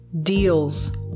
deals